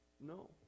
No